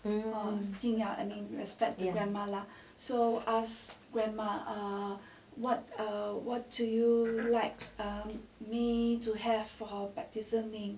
hmm